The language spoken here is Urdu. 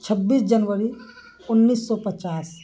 چھبیس جنوری انیس سو پچاس